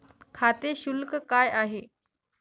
खाते शुल्क काय आहे?